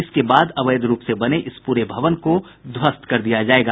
इसके बाद अवैध रूप से बने इस पूरे भवन को ध्वस्त कर दिया जायेगा